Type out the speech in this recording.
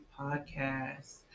Podcast